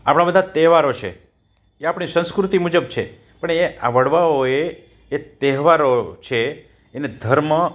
આપણા બધાં તહેવારો છે એ આપણી સંસ્કૃતિ મુજબ છે પણ એ આ વડવાઓએ એ તહેવારો છે એને ધર્મ